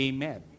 Amen